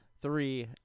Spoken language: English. three